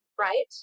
right